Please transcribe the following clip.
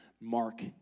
Mark